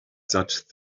such